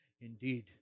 indeed